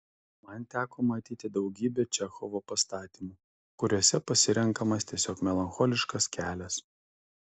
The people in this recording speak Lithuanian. man teko matyti daugybę čechovo pastatymų kuriuose pasirenkamas tiesiog melancholiškas kelias